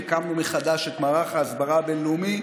והקמנו מחדש את מערך ההסברה הבין-לאומי,